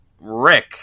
Rick